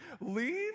leave